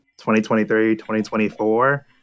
2023-2024